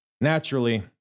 naturally